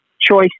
choice